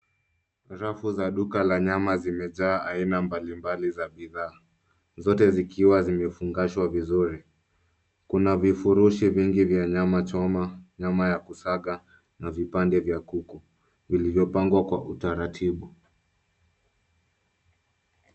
Rafu za duka la nyama zimejaa aina mbalimbali za bidhaa. Zote zikiwa zimefungashwa vizuri. Kuna vifurushi vingi vya nyama choma, nyama ya kusaga na vipande vya kuku vilivyopangwa kwa utaratibu.